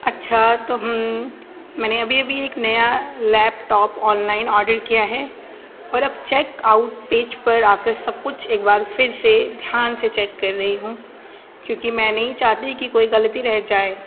اچھا تو میں نے ابھی ابھی ایک نیا laptop online order کیا ہے اور اب چیک آؤٹ پیج پر آ کر سب کچھ ایک بار پھر سے دھیان سے چیک کر رہی ہوں کیونکہ میں نہیں چاہتی کہ کوئی غلطی رہ جائے